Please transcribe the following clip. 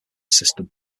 system